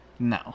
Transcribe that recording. No